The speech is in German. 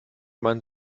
meinen